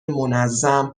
منظم